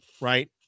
Right